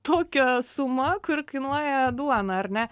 tokią suma kur kainuoja duona ar ne